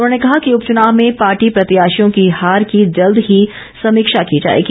उन्होंने कहा कि उपचुनाव में पार्टी प्रत्याशियों की हार की जल्द ही समीक्षा की जाएगी